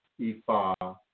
Ifa